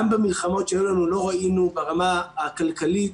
גם במלחמות שהיו לנו לא ראינו ברמה הכלכלית